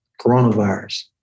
coronavirus